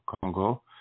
Congo